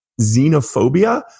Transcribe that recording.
xenophobia